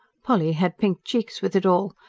polly had pink cheeks with it all,